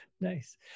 nice